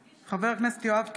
(קוראת בשם חבר הכנסת) חבר הכנסת יואב קיש,